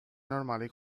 normali